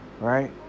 right